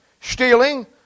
stealing